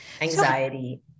Anxiety